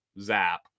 zap